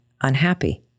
unhappy